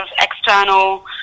external